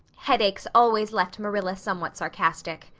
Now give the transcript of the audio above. headaches always left marilla somewhat sarcastic.